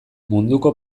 munduko